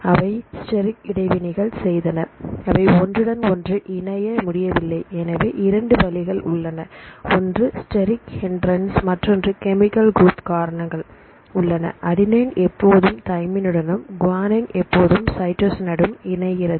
அவை ஸ்டிரைக் இடைவினைகள் செய்தன அவை ஒன்றுடன் ஒன்று இணைய முடியவில்லை எனவே இரண்டு வழிகள் உள்ளன ஒன்று ஸ்டரிக் ஹின்றன்ஸ் மற்றொன்று கெமிக்கல் குரூப் காரணங்கள் உள்ளன அடிநின் எப்போதும் தயமின்டனும் குவானின் எப்போதும் சைடுசின்டனும் இணைகிறது